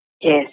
Yes